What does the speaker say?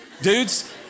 Dudes